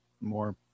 more